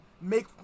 make